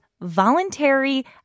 voluntary